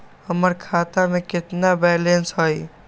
हमर खाता में केतना बैलेंस हई?